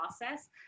process